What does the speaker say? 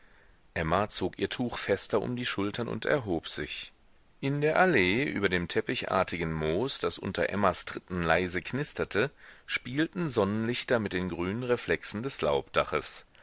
emma zog ihr tuch fester um die schultern und erhob sich in der allee über dem teppichartigen moos das unter emmas tritten leise knisterte spielten sonnenlichter mit den grünen reflexen des laubdaches